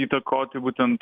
įtakoti būtent